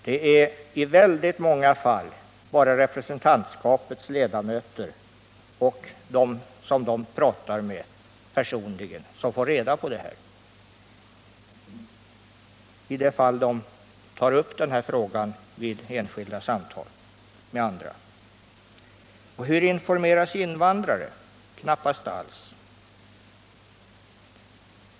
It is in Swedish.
Det är i många fall bara representskapets ledamöter och de medlemmar som dessa talar med personligen som har reda på beslutet, såvida representantskapets ledamöter nu tar upp denna fråga vid enskilda samtal med andra. Och hur informeras invandrarna? Knappast alls!